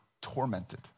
tormented